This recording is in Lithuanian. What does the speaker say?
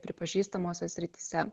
pripažįstamose srityse